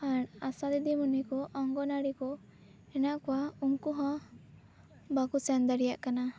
ᱟᱨ ᱟᱥᱟ ᱫᱤᱫᱤᱢᱩᱱᱤ ᱠᱩ ᱚᱝᱜᱚᱱᱣᱟᱲᱤ ᱠᱩ ᱦᱮᱱᱟᱜ ᱠᱚᱣᱟ ᱩᱱᱠᱩ ᱦᱚᱸ ᱵᱟᱠᱩ ᱥᱮᱱ ᱫᱟᱲᱮᱭᱟᱜ ᱠᱟᱱᱟ